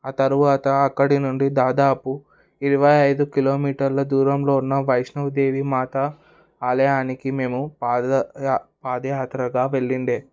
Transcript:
ఆ తరువాత అక్కడి నుండి దాదాపు ఇరవై ఐదు కిలోమీటర్ల దూరంలో ఉన్న వైష్ణవి దేవి మాత ఆలయానికి మేము పాద పాద యాత్రగా వెళ్ళిండే